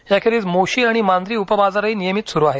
याखेरीज मोशी आणि मांजरी उपबाजाराही नियमित सुरु आहेत